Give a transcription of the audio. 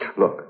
Look